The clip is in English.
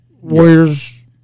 Warriors